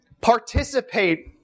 participate